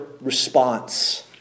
response